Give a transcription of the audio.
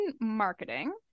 marketing